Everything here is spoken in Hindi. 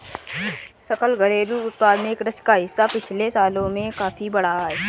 सकल घरेलू उत्पाद में कृषि का हिस्सा पिछले सालों में काफी बढ़ा है